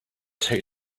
take